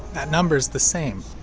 that number's the same.